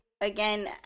again